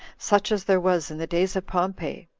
such as there was in the days of pompey.